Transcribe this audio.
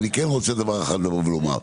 אבל אני כן רוצה דבר אחד לבוא ולומר.